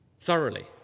Thoroughly